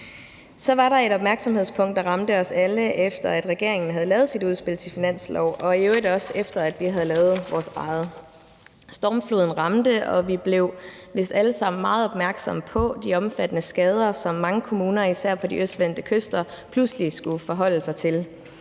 Så var der et opmærksomhedspunkt, som ramte os alle, efter at regeringen havde lavet sit udspil til finanslov, og i øvrigt også, efter at vi havde lavet vores eget. Stormfloden ramte, og vi blev vist alle sammen meget opmærksomme på de omfattende skader, som mange kommuner på især de østvendte kyster pludselig skulle forholde sig til.